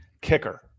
Kicker